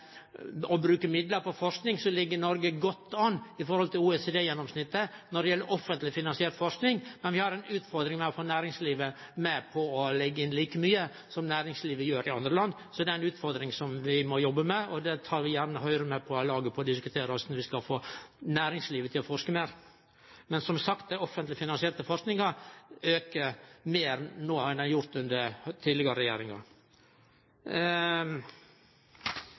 å bruke midlar på forsking, ligg Noreg godt an i forhold til OECD-gjennomsnittet i offentleg finansiert forsking. Men vi har ei utfordring med å få næringslivet med på å leggje inn like mye som det næringslivet gjer i andre land. Det er ei utfordring som vi må jobbe med. Der tek vi gjerne Høgre med på laget for å diskutere korleis vi skal få næringslivet til å forske meir. Men, som sagt, den offentlege finansierte forskinga aukar meir no enn det har gjort under tidlegare